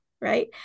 right